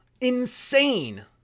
Insane